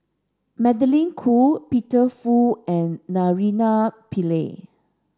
Magdalene Khoo Peter Fu and Naraina Pillai